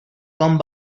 come